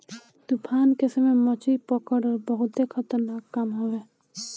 तूफान के समय मछरी पकड़ल बहुते खतरनाक काम हवे